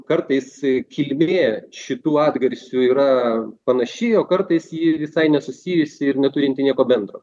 kartais kilmė šitų atgarsių yra panaši o kartais ji visai nesusijusi ir neturinti nieko bendro